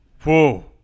Whoa